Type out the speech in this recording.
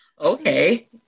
Okay